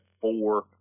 four